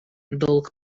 долг